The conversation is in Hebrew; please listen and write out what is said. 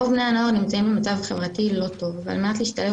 רוב בני הנוער נמצאים במצב חברתי לא טוב ועל מנת להשתלב